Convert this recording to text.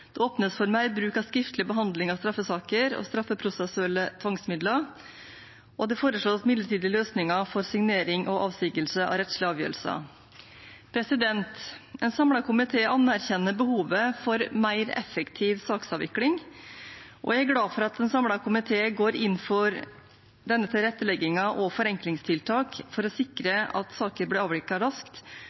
Det åpnes for mer bruk av skriftlig behandling av straffesaker og straffeprosessuelle tvangsmidler, og det foreslås midlertidige løsninger for signering og avsigelse av rettslige avgjørelser. En samlet komité anerkjenner behovet for mer effektiv saksavvikling, og jeg er glad for at en samlet komité går inn for denne tilretteleggingen og forenklingstiltak for å sikre at saker blir avviklet raskt,